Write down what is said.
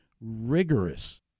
rigorous